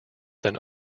than